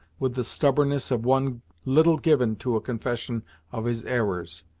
with the stubbornness of one little given to a confession of his errors,